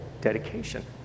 dedication